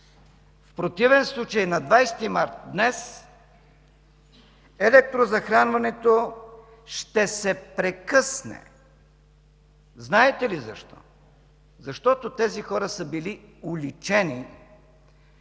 в противен случай на 20 март, днес, електрозахранването ще се прекъсне! Знаете ли защо? Защото тези хора са били уличени,